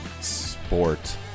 sport